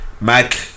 Mac